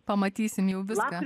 pamatysim jau viską